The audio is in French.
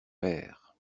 pères